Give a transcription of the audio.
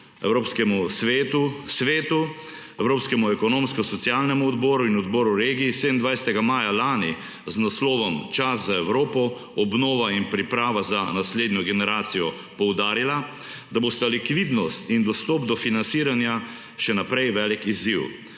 Evropskemu svetu, Svetu, Evropskemu ekonomsko- socialnemu odboru in Odboru regij 27. maja lani z naslovom Čas za Evropo: obnova in priprava za naslednjo generacijo poudarila, da bosta likvidnost in dostop do financiranja še naprej velik izziv,